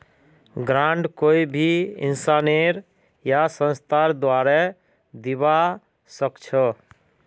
grant कोई भी इंसानेर या संस्थार द्वारे दीबा स ख छ